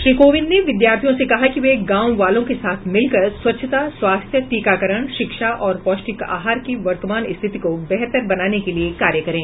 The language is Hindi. श्री कोविंद ने विद्यार्थियों से कहा कि वे गांव वालों के साथ मिलकर स्वच्छता स्वास्थ्य टीकाकरण शिक्षा और पौष्टिक आहार की वर्तमान स्थिति को बेहतर बनाने के लिए कार्य करें